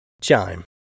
Chime